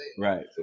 Right